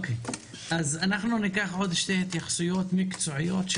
אנחנו נשמע עוד שתי התייחסויות מקצועיות,